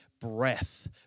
breath